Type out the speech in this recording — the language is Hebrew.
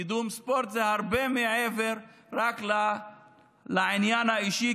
קידום ספורט זה הרבה מעבר רק לעניין האישי,